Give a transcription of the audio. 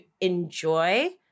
enjoy